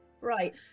Right